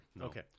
okay